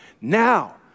Now